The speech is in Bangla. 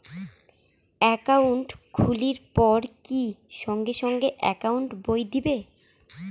একাউন্ট খুলির পর কি সঙ্গে সঙ্গে একাউন্ট বই দিবে?